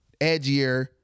edgier